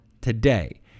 today